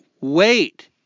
wait